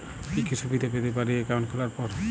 কি কি সুবিধে পেতে পারি একাউন্ট খোলার পর?